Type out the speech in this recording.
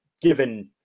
given